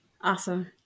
Awesome